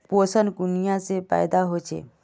पोषण कुनियाँ से पैदा होचे?